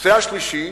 הנושא השלישי,